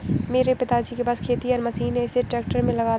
मेरे पिताजी के पास खेतिहर मशीन है इसे ट्रैक्टर में लगाते है